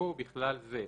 (ו)בסעיף זה,